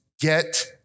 get